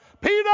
Peter